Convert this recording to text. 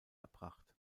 erbracht